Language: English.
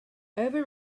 over